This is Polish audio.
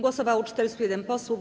Głosowało 401 posłów.